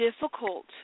difficult